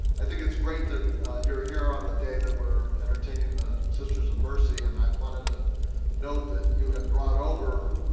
i think it's great that you're here on the day that we're entertaining the sisters of mercy. and i wanted to note that you had brought over